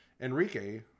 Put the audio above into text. Enrique